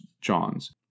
Johns